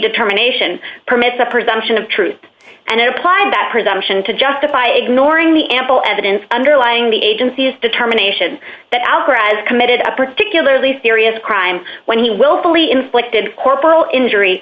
determination permits a presumption of truth and applying that presumption to justify ignoring the ample evidence underlying the agency's determination that outcries committed a particularly serious crime when he willfully inflicted corporal injury